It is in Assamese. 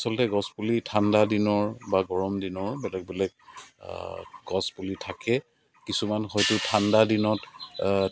আচলতে গছপুলি ঠাণ্ডা দিনৰ বা গৰম দিনৰ বেলেগ বেলেগ গছপুলি থাকে কিছুমান হয়তো ঠাণ্ডা দিনত